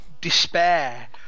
despair